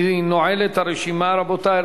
אני נועל את הרשימה, רבותי.